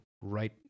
right